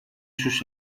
sus